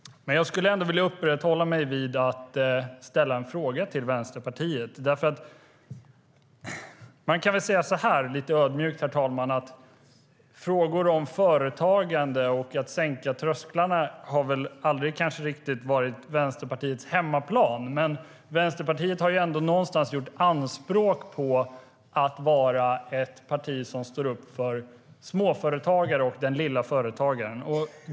Jag skulle ändå vilja ställa en fråga till Vänsterpartiet. Lite ödmjukt, herr talman, kan man säga att frågor om företagande och att sänka trösklarna aldrig riktigt har varit Vänsterpartiets hemmaplan. Men Vänsterpartiet har ändå någonstans gjort anspråk på att vara ett parti som står upp för småföretagare och den lilla företagaren.